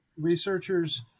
researchers